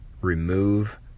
Remove